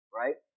right